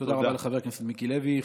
תודה רבה לחבר הכנסת מיקי לוי.